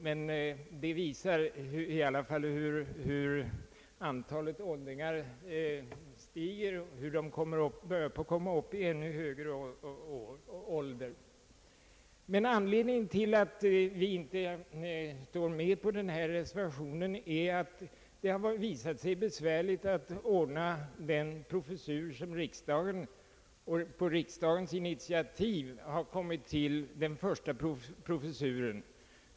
Detta ger en antydan om att antalet åldringar stiger och att dessa också kommer upp i ännu högre åldrar. Anledningen till att vi inte ställt oss bakom den vid denna punkt fogade reservationen är emellertid att det visat sig besvärligt att inrätta den första av professurerna i detta ämne, vilken tillkommit på riksdagens initiativ.